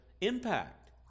impact